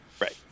Right